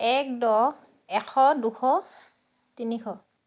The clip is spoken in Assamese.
এক দহ এশ দুশ তিনিশ